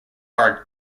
are